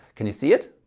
can you see it?